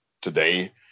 today